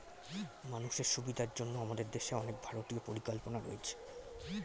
মানুষের সুবিধার জন্য আমাদের দেশে অনেক ভারতীয় পরিকল্পনা রয়েছে